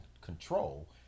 control